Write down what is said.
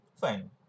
Fine